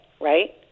right